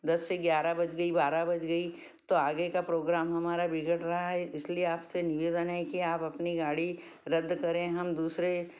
दस से ग्यारह बज गई बारह बज गई तो आगे का प्रोग्राम हमारा बिगड़ रहा है इसलिए आपसे निवेदन है कि आप अपनी गाड़ी रद्द करें हम दूसरे